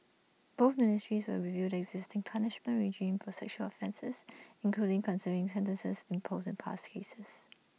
both ministries will review the existing punishment regime for sexual offences including considering sentences imposed in past cases